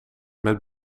met